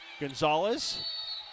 Gonzalez